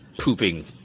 pooping